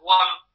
one